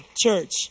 church